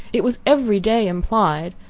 it was every day implied,